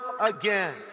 again